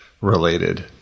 related